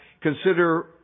consider